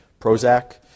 Prozac